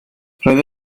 roedd